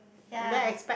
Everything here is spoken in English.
yea